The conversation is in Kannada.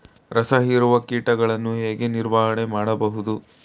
ರಸ ಹೀರುವ ಕೀಟಗಳನ್ನು ಹೇಗೆ ನಿರ್ವಹಣೆ ಮಾಡಬಹುದು?